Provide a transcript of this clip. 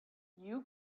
you